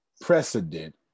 precedent